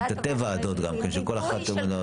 עם תתי-וועדות גם כן שכל אחת תעמוד.